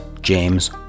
James